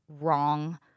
wrong